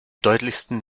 deutlichsten